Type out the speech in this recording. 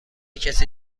کسی